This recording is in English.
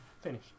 finish